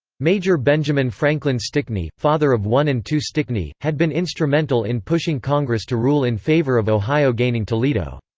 major benjamin franklin stickney, father of one and two stickney, had been instrumental in pushing congress to rule in favor of ohio gaining toledo.